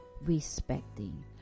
respecting